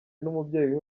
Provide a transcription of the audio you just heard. n’umubyeyi